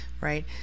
right